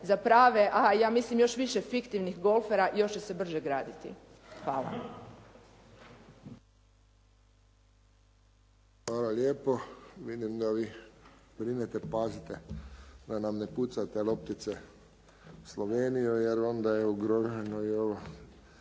za prave, a ja mislim još više fiktivnih golfera još će se brže graditi. Hvala. **Friščić, Josip (HSS)** Hvala lijepo. Vidim da vi brinete, pazite da nam ne pucate loptice u Sloveniju, jer onda je ugroženo i ovoj